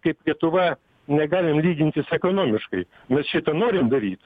kaip lietuva negalim lygintis ekonomiškai mes šitą norim daryt